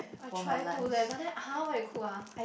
I try to leh but then ah [huh] what you cook ah